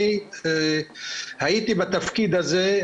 אני הייתי בתפקיד הזה.